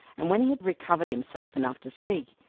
and when he had recovered himself enough to speak,